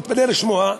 תתפלא לשמוע,